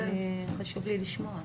חשוב לי לשמוע.